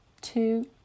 two